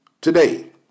today